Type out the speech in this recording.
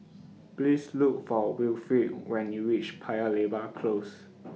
Please Look For Wilfrid when YOU REACH Paya Lebar Close